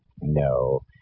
No